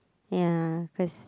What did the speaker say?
ya cause